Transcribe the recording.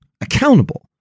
accountable